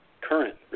current